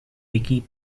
wiki